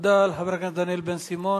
תודה לחבר הכנסת דניאל בן-סימון.